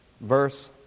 verse